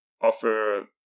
offer